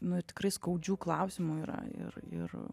nu tikrai skaudžių klausimų yra ir ir